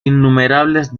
innumerables